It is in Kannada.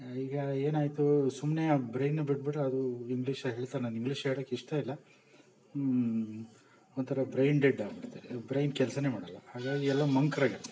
ಈಗ ಏನಾಯಿತು ಸುಮ್ಮನೆ ಆ ಬ್ರೈನನ್ನ ಬಿಟ್ಬಿಟ್ರೆ ಅದು ಇಂಗ್ಲೀಷಲ್ಲಿ ಹೇಳ್ತಾರೆ ನನ್ಗೆ ಇಂಗ್ಲೀಷ್ ಹೇಳಕ್ಕೆ ಇಷ್ಟ ಇಲ್ಲ ಒಂಥರ ಬ್ರೈನ್ ಡೆಡ್ ಆಗಿಬಿಡ್ತಾರೆ ಬ್ರೈನ್ ಕೆಲಸನೇ ಮಾಡಲ್ಲ ಹಾಗಾಗಿ ಎಲ್ಲ ಮಂಕಾರಾಗಿರ್ತಾರೆ